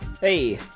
Hey